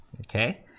okay